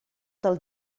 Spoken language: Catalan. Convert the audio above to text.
del